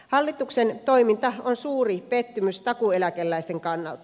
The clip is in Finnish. hallituksen toiminta on suuri pettymys takuueläkeläisten kannalta